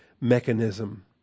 mechanism